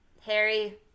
Harry